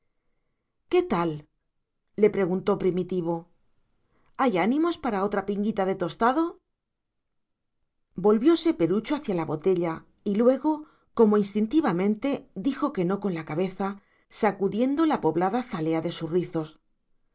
qué tal le preguntó primitivo hay ánimos para otra pinguita de tostado volvióse perucho hacia la botella y luego como instintivamente dijo que no con la cabeza sacudiendo la poblada zalea de sus rizos